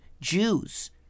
Jews